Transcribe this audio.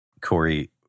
Corey